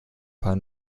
paar